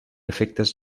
efectes